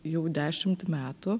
jau dešimt metų